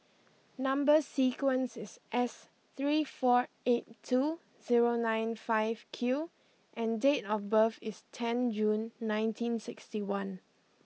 number sequence is S three four eight two zero nine five Q and date of birth is ten June nineteen sixty one